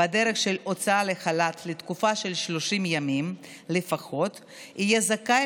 בדרך של הוצאה לחל"ת לתקופה של 30 ימים לפחות יהיה זכאי